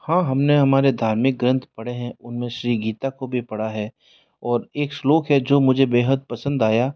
हाँ हम ने हमारे धार्मिक ग्रंथ पढ़े हैं उनमें श्री गीता को भी पढ़ा है और एक श्लोक है जो मुझे बेहद पसंद आया